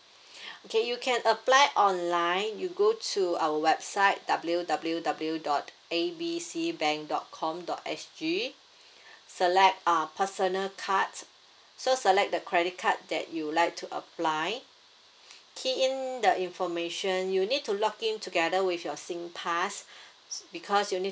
okay you can apply online you go to our website W W W dot A B C bank dot com dot S_G select uh personal cards so select the credit card that you'd like to apply key in the information you need to log in together with your SingPass because you need